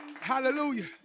Hallelujah